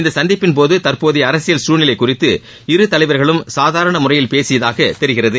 இந்த சந்திப்பின்போது தற்போதைய அரசியல் சூழ்நிலை சூழ்நிலை சூழ்நிது இரு தலைவர்களும் சாதாரண முறையில் பேசியதாக தெரிகிறது